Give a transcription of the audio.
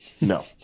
No